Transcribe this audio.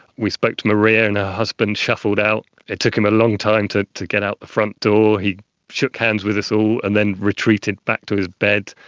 we spoke to maria, and her husband shuffled out. it took him a long time to get get out the front door. he shook hands with us all and then retreated back to his bed.